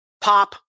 pop